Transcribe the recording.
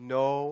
no